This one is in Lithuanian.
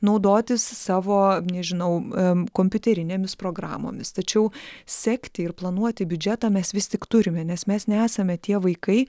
naudotis savo nežinau kompiuterinėmis programomis tačiau sekti ir planuoti biudžetą mes vis tik turime nes mes nesame tie vaikai